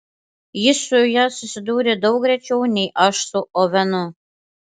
jis su ja susidūrė daug rečiau nei aš su ovenu